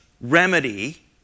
remedy